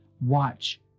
watch